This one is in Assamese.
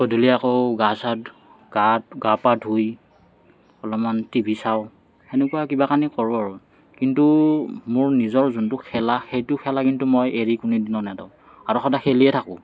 গধূলি আকৌ গা চা গা গা পা ধুই অলপমান টিভি চাওঁ সেনেকুৱা কিবা কানি কৰোঁ আৰু কিন্তু মোৰ নিজৰ যোনটো খেলা সেইটো খেলা কিন্তু মই এৰি নিদিওঁ আৰু সদায় খেলিয়ে থাকোঁ